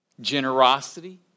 generosity